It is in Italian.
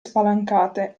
spalancate